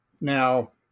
Now